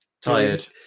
tired